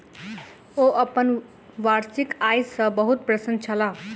ओ अपन वार्षिक आय सॅ बहुत प्रसन्न छलाह